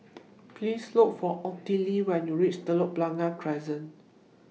Please Look For Ottilie when YOU REACH Telok Blangah Crescent